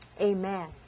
Amen